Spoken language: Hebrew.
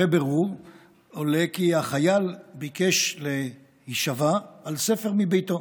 אחרי בירור עולה כי החייל ביקש להישבע על ספר מביתו.